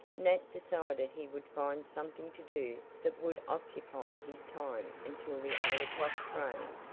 nat decided he would find something to do that would occupy his time until the eight o'clock train,